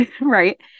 right